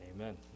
Amen